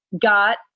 got